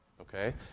Okay